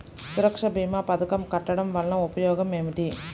సురక్ష భీమా పథకం కట్టడం వలన ఉపయోగం ఏమిటి?